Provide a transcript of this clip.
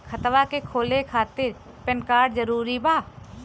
खतवा के खोले खातिर पेन कार्ड जरूरी बा?